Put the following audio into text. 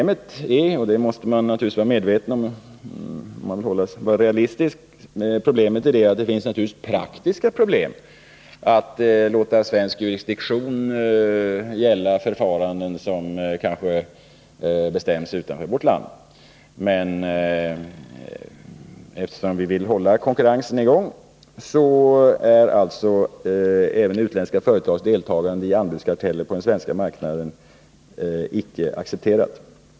Man måste naturligtvis, om man vill vara realistisk, vara medveten om att det finns praktiska problem med att låta svensk jurisdiktion gälla förfaranden som kanske bestäms utanför vårt land. Men eftersom vi vill hålla konkurrensen i gång är även utländska företags deltagande i anbudskarteller på den svenska marknaden icke accepterat.